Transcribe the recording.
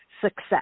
Success